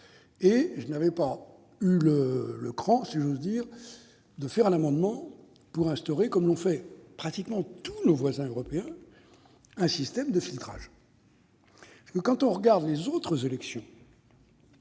je n'avais pas eu le « cran », si j'ose dire, de présenter un amendement visant à instaurer, comme l'ont fait pratiquement tous nos voisins européens, un système de filtrage. En effet, si l'on regarde les autres élections,